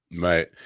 Right